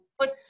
Put